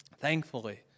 thankfully